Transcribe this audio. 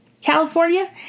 California